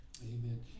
amen